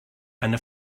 eine